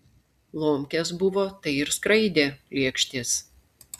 lomkės buvo tai ir skraidė lėkštės